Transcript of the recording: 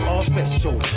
official